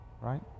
right